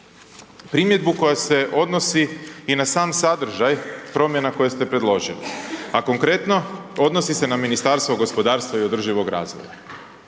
primjedbu koja se odnosi i na sam sadržaj promjena koje ste predložili, a konkretno odnosi se na Ministarstvo gospodarstva i održivog razvoja.